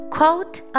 Quote